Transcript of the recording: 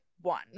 one